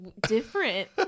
different